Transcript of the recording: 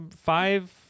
five